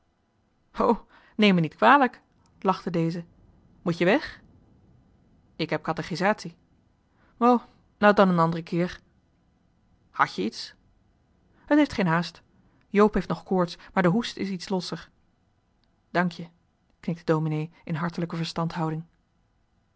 neem me niet kwalijk lachte deze moet je weg ik heb katechisatie o nou dan een andere keer hadt je iets het heeft geen haast joop heeft nog koorts maar de hoest is iets losser dank je knikte dominee in hartelijke verstandhouding